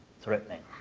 threatening